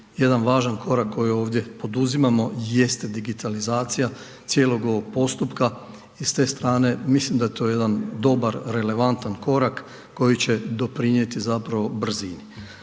Jedan važan korak koji ovdje poduzimamo jeste digitalizacija cijelog ovog postupka i ste strane mislim da je to jedan dobar relevantan korak koji će doprinijeti zapravo brzini.